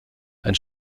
ein